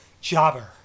jobber